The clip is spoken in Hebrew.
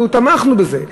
אנחנו תמכנו בזה.